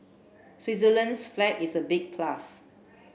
Switzerland's flag is a big plus